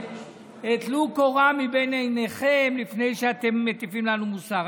טלו קורה מבין עיניכם לפני שאתם מטיפים לנו מוסר.